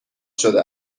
شده